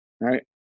Right